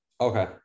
Okay